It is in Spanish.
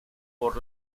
por